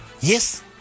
yes